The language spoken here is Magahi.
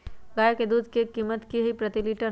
गाय के दूध के कीमत की हई प्रति लिटर?